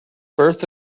birth